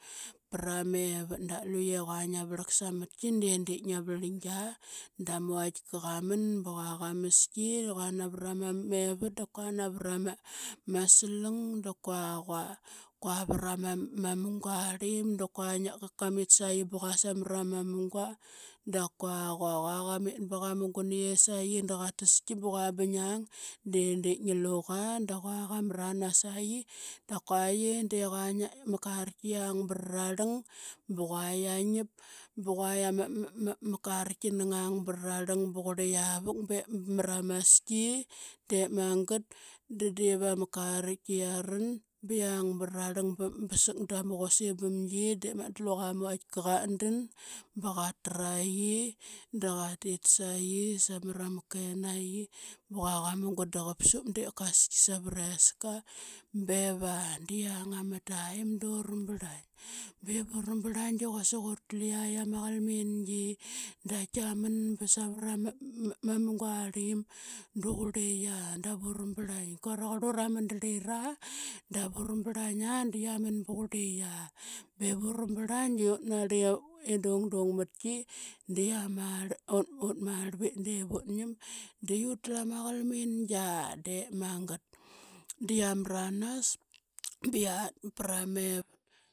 Para mevat. Da luqe qua ngia vrlak samatki de di ngi valainga da ma vaitka qa ma ba qua qamaski i qua navra ma, mavat da kua navra ma slang da kua qua, qua vra ma munga arlim da kua quamit saqi ba sa mra ma munga da kua qua. Qua qamit b a qamugun iye sa qi da qataski ba qua ba ngiang de oli ngi luqa da qua qamranas sa qi da kua ye de qua ma karki yiang bara rarlang ba qua qia ngip ba qua ama karkia ngang barararlang ba qurl qia vuk. Biip ba maramaski dep mangat da diva ma karki qiaran ba yiang barararlang ba sak da ma qusim bam gi, deep mangat da luqa ma vautka qatdan ba qatraqi da qatit sa qi samra ma kenaqi ba qua qa mugun da qapsuk de kaski savreska. Beva da yiang ama taim de ura braing, biv ura brlaing de quasik uru tlu qaitk ama qalmingi da kia man ba savra ma, ma munga rlm da qurli qia dav ura brlaing. Ka raqura mandarlira davaru brlaing aa da qia man ba qurli qia. Bev uru brlaing de utnarli dungdung matki da ut marlvit divut ngim di utla ma qalmingia, dep magat da qiamranas ba qiat pra mevat.